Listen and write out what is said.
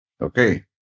Okay